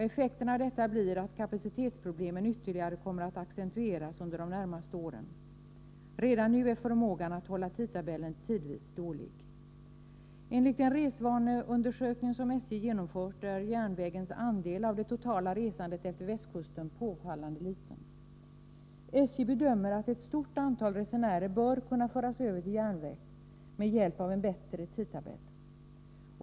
Effekten av detta blir att kapacitetsproblemen ytterligare kommer att accentueras under de närmaste åren. Redan nu är förmågan att hålla tidtabellen tidvis dålig. Enligt en resvaneundersökning som SJ genomfört är järnvägens andel av det totala resandet efter västkusten påfallande liten. SJ bedömer att ett stort antal resenärer bör kunna föras över till järnväg med hjälp av en bättre tidtabell.